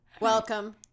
Welcome